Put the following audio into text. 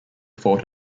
four